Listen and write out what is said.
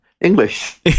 English